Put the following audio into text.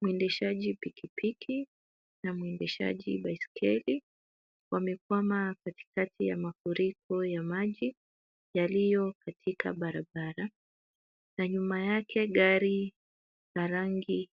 Mwendeshaji pikipiki ma mwendeshaji baiskeli wamekwama katikati ya mafuriko ya maji yaliyo katika barabara na nyuma yake gari la rangi